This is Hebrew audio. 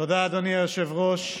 אדוני היושב-ראש,